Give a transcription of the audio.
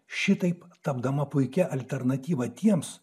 šitaip tapdama puikia alternatyva tiems